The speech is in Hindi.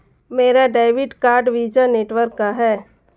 मेरा डेबिट कार्ड वीज़ा नेटवर्क का है